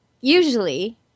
usually